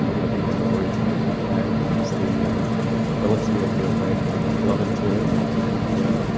ah whether you have a very high fat diet affects the um ability of your brain to get blood into it and oxygen into it.